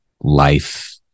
life